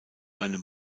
einem